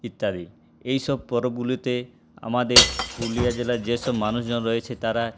ইত্যাদি এইসব পরবগুলিতে আমাদের পুরুলিয়া জেলার যেসব মানুষজন রয়েছে তারা